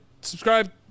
subscribe